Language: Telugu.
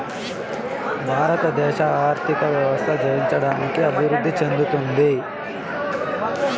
భారతదేశ ఆర్థిక వ్యవస్థ జయించడానికి అభివృద్ధి చెందుతోంది